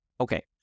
Okay